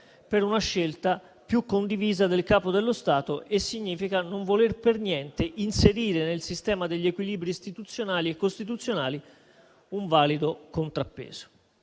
per una scelta più condivisa del Capo dello Stato e significa non voler per niente inserire nel sistema degli equilibri istituzionali e costituzionali un valido contrappeso.